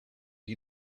you